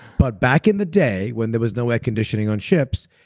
but back in the day when there was no air conditioning on ships,